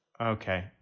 okay